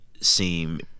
seem